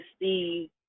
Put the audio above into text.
see